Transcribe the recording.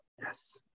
Yes